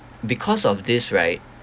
because of this right